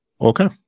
Okay